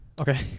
Okay